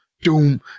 doom